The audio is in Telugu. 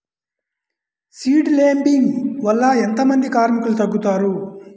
సీడ్ లేంబింగ్ వల్ల ఎంత మంది కార్మికులు తగ్గుతారు?